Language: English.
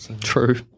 True